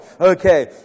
Okay